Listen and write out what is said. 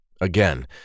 Again